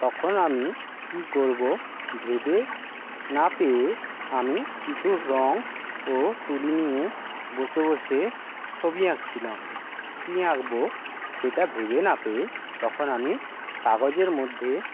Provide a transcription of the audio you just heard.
তখন আমি কি করবো ভেবে না পেয়ে আমি কিছু রঙ ও তুলি নিয়ে বসে বসে ছবি আঁকছিলাম কি আঁকবো সেটা ভেবে না পেয়ে তখন আমি কাগজের মধ্যে